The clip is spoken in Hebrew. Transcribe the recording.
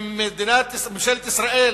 שממשלת ישראל